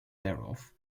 thereof